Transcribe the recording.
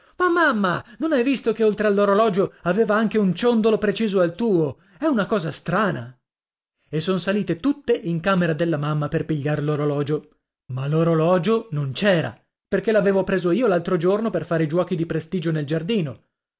ma mamma non hai visto che oltre all'orologio aveva anche un ciondolo preciso al tuo è una cosa strana e son salite tutte in camera della mamma per pigliar l'orologio ma l'orologio non c'era perché l'avevo preso io l'altro giorno per fare i giuochi di prestigio nel giardino